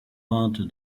vente